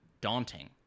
daunting